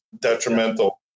detrimental